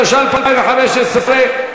התשע"ה 2015,